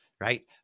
right